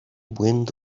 wind